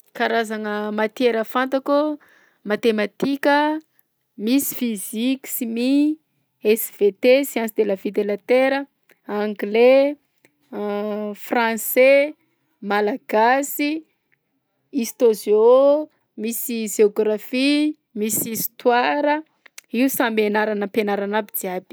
Karazagna matiera fantako: matematika, misy physique-simie, SVT sciences de la vie et de la terre a, anglais, français, malagasy, histo-géo, misy géographie, misy histoire a, io samby ianarana am-pianarana aby jiaby.